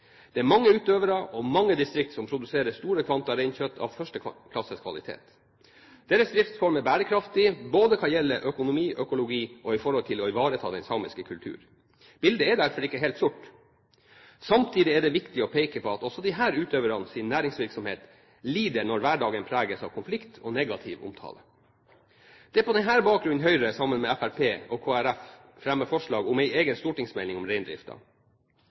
Det er mange utøvere og mange distrikt som produserer store kvanta reinkjøtt av førsteklasses kvalitet. Deres driftsform er bærekraftig hva gjelder både økonomi og økologi og å ivareta den samiske kulturen. Bildet er derfor ikke helt sort. Samtidig er det viktig å peke på at også disse utøvernes næringsvirksomhet lider når hverdagen preges av konflikt og negativ omtale. Det er på denne bakgrunn Høyre sammen med Fremskrittspartiet og Kristelig Folkeparti fremmer forslag om en egen stortingsmelding om